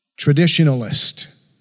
traditionalist